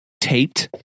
taped